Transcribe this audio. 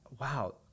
wow